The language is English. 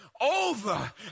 over